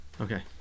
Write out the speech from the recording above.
Okay